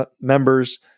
members